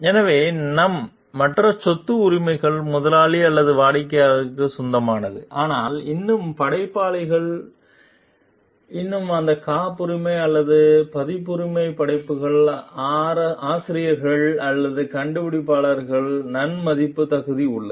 எனவேநம் மற்ற சொத்து உரிமைகள் முதலாளி அல்லது வாடிக்கையாளர் சொந்தமானது ஆனால் இன்னும் படைப்பாளிகள் இன்னும் அந்த காப்புரிமை அல்லது பதிப்புரிமை படைப்புகள் ஆசிரியர்கள் அல்லது கண்டுபிடிப்பாளர்கள் நன்மதிப்பு தகுதி உள்ளது